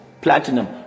platinum